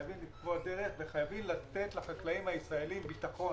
חייבים לקבוע דרך וחייבים לתת לחקלאים הישראלים ביטחון,